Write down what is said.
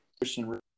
Christian